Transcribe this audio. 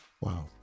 wow